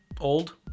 old